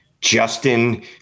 Justin